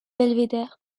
belvédère